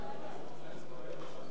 בממשלה לא נתקבלה.